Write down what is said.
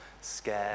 scared